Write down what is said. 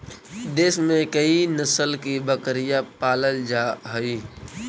देश में कई नस्ल की बकरियाँ पालल जा हई